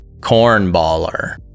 Cornballer